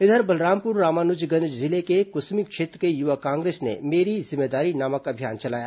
इधर बलरामपुर रामानुजगंज जिले के कुसमी क्षेत्र में युवा कांग्रेस ने मेरी जिम्मेदारी नामक अभियान चलाया